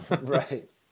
Right